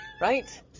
Right